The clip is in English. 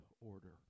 order